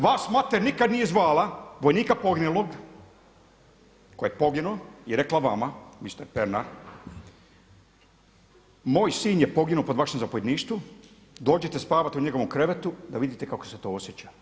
Vas mater nikad nije zvali vojnika poginulog koji je poginuo i rekla vama mister Pernar moj sin je poginuo pod vašim zapovjedništvom dođite spavati u njegovom krevetu da vidite kako se to osjeća.